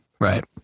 Right